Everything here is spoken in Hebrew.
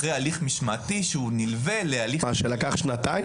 אחרי הליך משמעתי, שהוא נלווה להליך הפלילי.